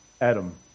Adam